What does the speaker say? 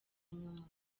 nyuma